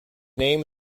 name